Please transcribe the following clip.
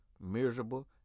miserable